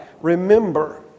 Remember